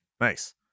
nice